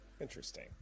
Interesting